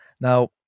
Now